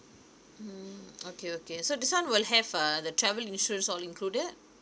mm okay okay so this one will have uh the travel insurance all included